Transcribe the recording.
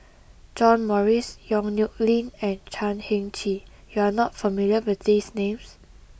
John Morrice Yong Nyuk Lin and Chan Heng Chee you are not familiar with these names